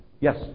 Yes